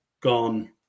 gone